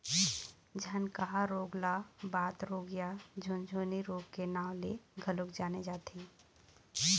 झनकहा रोग ल बात रोग या झुनझनी रोग के नांव ले घलोक जाने जाथे